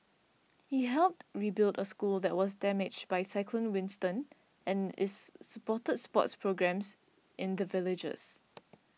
he's helped rebuild a school that was damaged by cyclone Winston and is supported sports programmes in the villages